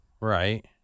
Right